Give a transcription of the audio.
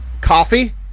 Coffee